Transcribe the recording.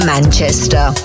Manchester